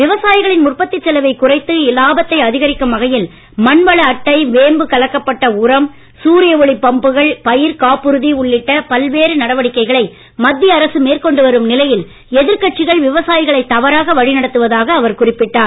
விவசாயிகளின்உற்பத்திச்செலவைக்குறைத்து இலாபத்தைஅதகரிக்கும்வகையில் மண்வளஅட்டை வேம்புகலக்கப்பட்டஉரம் சூரியஒளிபம்புகள் பயிர்காப்புறுதிஉள்ளிட்டபல்வேறுநடவடிக்கைகளைமத்தியஅரசுமேற் கொண்டுவரும்நிலையில் எதிர்கட்சிகள்விவசாயிகளைதவறாகவழிநடத்துவதாகக்குறிப்பிட்டார்